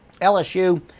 LSU